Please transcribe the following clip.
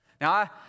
Now